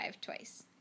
twice